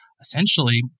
essentially